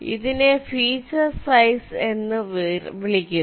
ഇതിനെ feature size എന്ന് വിളിക്കുന്നു